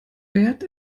wert